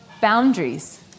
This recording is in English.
boundaries